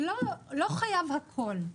לא חייב הכול,